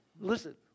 Listen